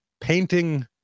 painting